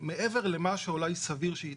מעבר למה שאולי סביר שיאושר.